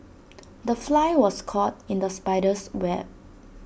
the fly was caught in the spider's web